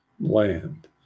land